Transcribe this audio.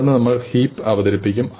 തുടർന്ന് നമ്മൾ ഹീപ്പ് അവതരിപ്പിക്കും